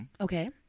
Okay